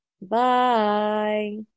bye